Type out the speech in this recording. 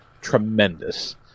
tremendous